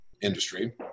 industry